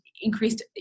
increased